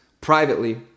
privately